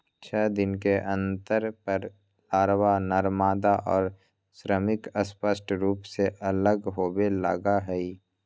छः दिन के अंतर पर लारवा, नरमादा और श्रमिक स्पष्ट रूप से अलग होवे लगा हई